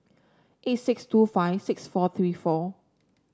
eight six two five six four three four